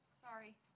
Sorry